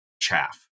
chaff